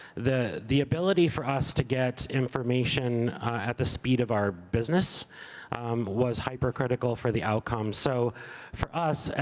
the the ability for us to get information at the speed of our business was hyper critical for the outcome. so for us,